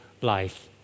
life